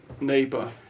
neighbor